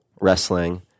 wrestling